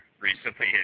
Recently